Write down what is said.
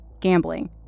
gambling